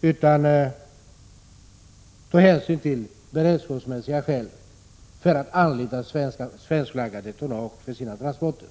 utan också ta hänsyn till beredskapsmässiga skäl för att anlita svenskflaggat tonnage för sina transporter.